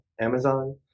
Amazon